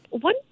One